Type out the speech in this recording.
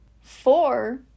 Four